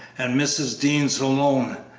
and mrs. dean's alone,